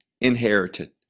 inherited